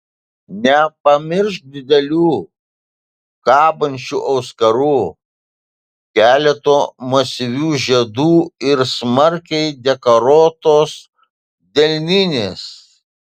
nepamiršk didelių kabančių auskarų keleto masyvių žiedų ir smarkiai dekoruotos delninės